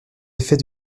effet